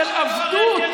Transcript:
של עבדות,